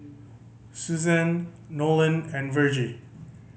Susanne Nolan and Vergie